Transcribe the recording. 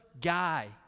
guy